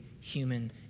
human